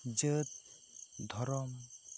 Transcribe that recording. ᱡᱟᱹᱛ ᱫᱷᱚᱨᱚᱢ